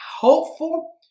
helpful